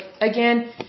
Again